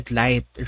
light